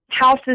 Houses